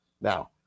Now